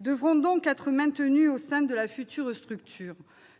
devront donc être maintenues au sein de la future structure.